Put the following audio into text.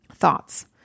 thoughts